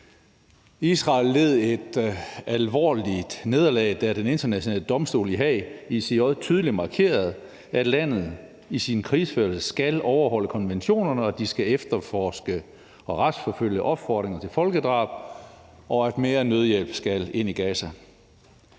Israel led et alvorligt nederlag, da Den Internationale Domstol i Haag, ICJ, tydeligt markerede, at landet i sin krigsførelse skal overholde konventionerne, at de skal efterforske og retsforfølge opfordringer til folkedrab, og at mere nødhjælp skal ind i Gaza.